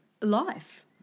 life